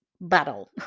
battle